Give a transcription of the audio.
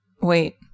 Wait